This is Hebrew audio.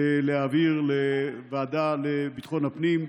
להעביר לוועדה לביטחון הפנים,